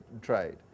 trade